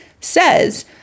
says